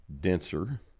denser